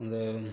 இந்த